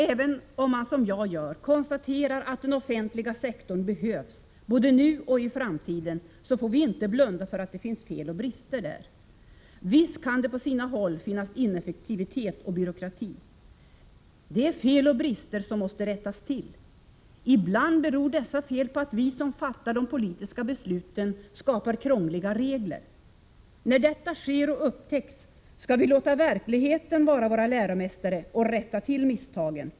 Även om man, som jag gör, konstaterar att den offentliga sektorn behövs, både nu och i framtiden, får vi inte blunda för att där finns fel och brister. Visst kan det på sina håll finnas ineffektivitet och byråkrati. Det är fel och brister som måste rättas till. Ibland beror dessa fel på att vi som fattar de politiska besluten skapar krångliga regler. När detta sker och upptäcks skall vi låta verkligheten vara vår läromästare och rätta till misstagen.